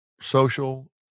social